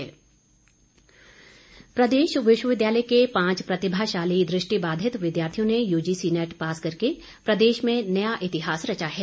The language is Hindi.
दृष्टिबाधित प्रदेश विश्वविद्यालय के पांच प्रतिभाशाली दृष्टिबाधित विद्यार्थियों ने यूजीसी नेट पास करके प्रदेश में नया इतिहास रचा है